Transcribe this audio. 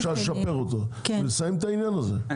אפשר לשפר אותו ולסיים את העניין הזה.